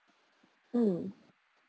mm